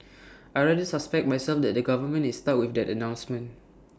I rather suspect myself that the government is stuck with that announcement